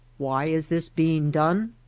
why is this being done?